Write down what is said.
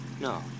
No